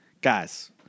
guys